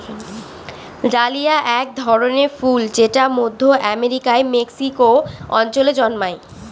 dahlia এক ধরনের ফুল যেটা মধ্য আমেরিকার মেক্সিকো অঞ্চলে জন্মায়